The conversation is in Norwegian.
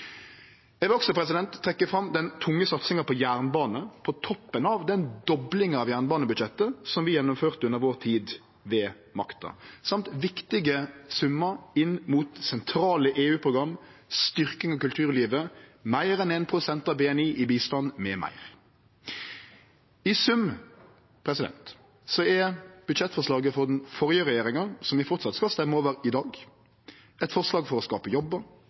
Eg vil også trekkje fram den tunge satsinga på jernbane, på toppen av den doblinga av jernbanebudsjettet vi gjennomførte under vår tid ved makta, og viktige summar inn mot sentrale EU-program, styrking av kulturlivet, meir enn 1 pst. av BNI i bistand m.m. I sum er budsjettforslaget frå den førre regjeringa, som vi framleis skal stemme over i dag, eit forslag for å skape